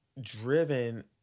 driven